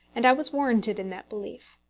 and i was warranted in that belief.